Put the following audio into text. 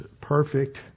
perfect